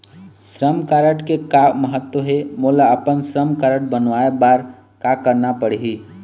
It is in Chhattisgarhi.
श्रम कारड के का महत्व हे, मोला अपन श्रम कारड बनवाए बार का करना पढ़ही?